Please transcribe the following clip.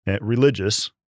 religious